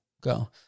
Go